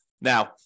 Now